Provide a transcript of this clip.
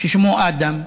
ששמו אדם.